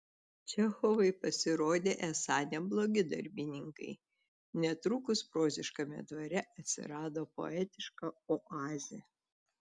čechovai pasirodė esą neblogi darbininkai netrukus proziškame dvare atsirado poetiška oazė